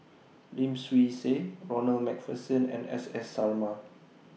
Lim Swee Say Ronald MacPherson and S S Sarma